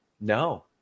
No